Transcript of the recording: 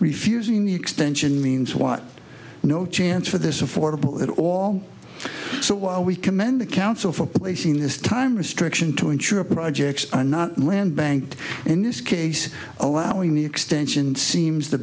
refusing the extension means what no chance for this affordable at all so why are we commend the council for placing this time restriction to ensure projects are not land bank in this case allowing the extension seems the